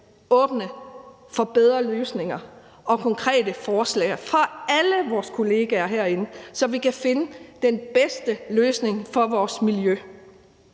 åbne for bedre løsninger og konkrete forslag fra alle vores kollegaer herinde, så vi kan finde den bedste løsning for vores miljø.